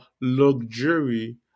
luxury